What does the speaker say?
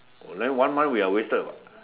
oh then one month we are wasted [what]